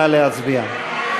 נא להצביע.